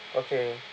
okay